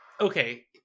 okay